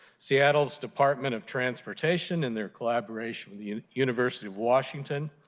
seattle's department of transportation, in their collaboration with the university of washington,